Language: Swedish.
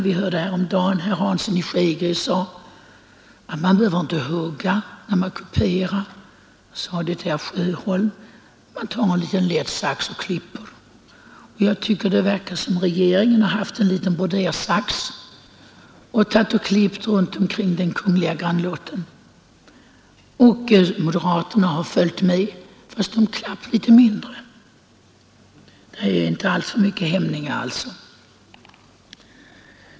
Vi hörde häromdagen herr Hansson i Skegrie säga till herr Sjöholm att man inte behöver hugga när man kuperar — man tar en liten sax och klipper. Jag tycker att det verkar som om regeringen haft en liten brodersax och klippt med den runt omkring den kungliga grannlåten. Moderaterna har följt med, fastän de klippt litet mindre. Det finns alltså inte alltför mycket hämningar.